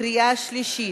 בקריאה שלישית.